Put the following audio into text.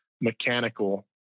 mechanical